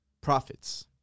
Profits